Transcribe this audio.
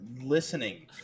listening